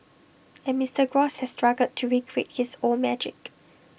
and Mister gross has struggled to recreate his old magic